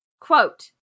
Quote